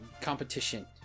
competition